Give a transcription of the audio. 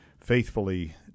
faithfully